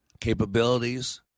capabilities